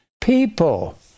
people